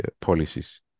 policies